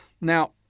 Now